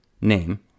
Name